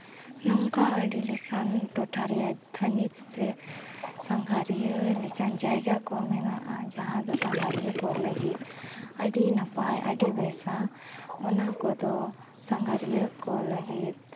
ᱱᱚᱝᱠᱟ ᱟᱹᱰᱤ ᱞᱮᱠᱟᱱ ᱴᱚᱴᱷᱟ ᱨᱮᱭᱟᱜ ᱛᱷᱟᱹᱱᱤᱛ ᱥᱮ ᱥᱟᱸᱜᱷᱟᱨᱤᱭᱟᱹ ᱞᱮᱠᱟᱱ ᱡᱟᱭᱜᱟ ᱠᱚᱦᱚᱸ ᱢᱮᱱᱟᱜᱼᱟ ᱡᱟᱦᱟᱸ ᱫᱚ ᱥᱟᱸᱜᱷᱟᱨᱤᱭᱟᱹ ᱠᱚ ᱞᱟᱹᱜᱤᱫ ᱟᱹᱰᱤ ᱱᱟᱯᱟᱭ ᱟᱹᱰᱤ ᱵᱮᱥᱟ ᱚᱱᱟ ᱠᱚᱫᱚ ᱥᱟᱸᱜᱷᱟᱨᱤᱭᱟᱹ ᱠᱚ ᱞᱟᱹᱜᱤᱫ